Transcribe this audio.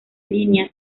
línea